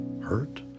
hurt